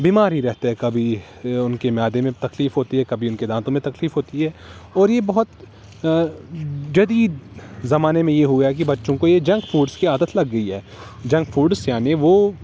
بیمار ہی رہتے ہیں کبھی ان کے معدے میں تکلیف ہوتی ہے کبھی ان کے دانتوں میں تکلیف ہوتی ہے اور یہ بہت جدید زمانے میں یہ ہو گیا کہ بچوں کو یہ جنگ فوڈس کی عادت لگ گئی ہے جنگ فوڈس یعنی وہ